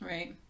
Right